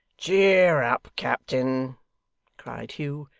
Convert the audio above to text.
cheer up, captain cried hugh,